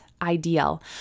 ideal